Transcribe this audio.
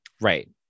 right